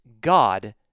God